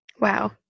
Wow